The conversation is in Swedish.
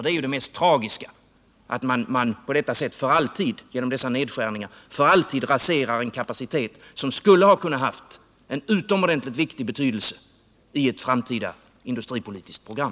Det mest tragiska är ju att man genom dessa nedskärningar för alltid raserar en kapacitet som skulle kunnat ha en utomordentligt stor betydelse i ett framtida industripolitiskt program.